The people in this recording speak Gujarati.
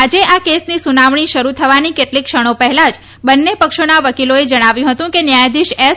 આજે આ કેસની સુનાવણી શરૂ થવાની કેટલીક ક્ષણો પહેલા જ બંને પક્ષોના વકીલોએ જણાવ્યું હતું કે ન્યાયાધીશ એસ